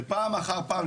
ופעם אחר פעם,